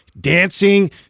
dancing